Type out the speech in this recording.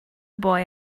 boy